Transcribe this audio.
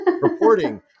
reporting